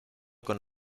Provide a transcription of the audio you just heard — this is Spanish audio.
con